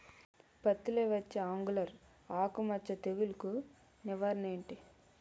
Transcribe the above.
పత్తి లో వచ్చే ఆంగులర్ ఆకు మచ్చ తెగులు కు నివారణ ఎంటి?